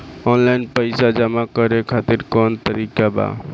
Online पइसा जमा करे खातिर कवन तरीका बा?